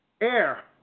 air